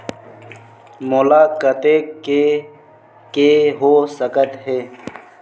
मोला कतेक के के हो सकत हे?